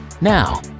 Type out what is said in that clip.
Now